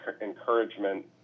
encouragement